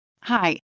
Hi